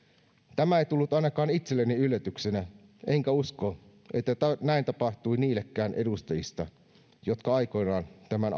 tämä ei tullut ainakaan itselleni yllätyksenä enkä usko että näin tapahtui niillekään edustajista jotka aikoinaan tämän